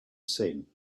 sing